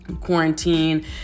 quarantine